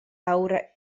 aura